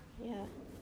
ya